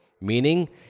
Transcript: Meaning